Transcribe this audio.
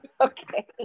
Okay